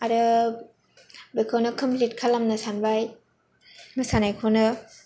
आरो बेखौनो कमप्लिट खालामनो सानबाय मोसानायखौनो